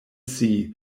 see